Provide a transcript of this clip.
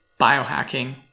biohacking